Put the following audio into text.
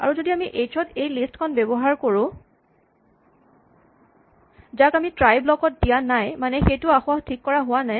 আৰু যদি আমি এইচ ত এই লিষ্ট খন ব্যৱহাৰ কৰোঁ যাক আমি ট্ৰাই ব্লক ত দিয়া নাই মানে সেইটো আসোঁৱাহ ঠিক কৰা হোৱা নাই